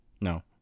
No